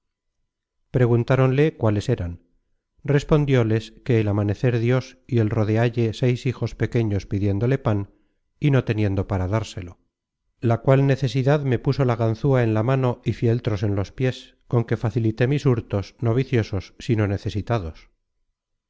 terribles preguntáronle cuáles eran respondióles que el amanecer dios y el rodealle seis hijos pequeños pidiéndole pan y no teniendo para dárselo la cual necesidad me puso la ganzúa en la mano y fieltros en los piés con qué facilité mis hurtos no viciosos sino necesitados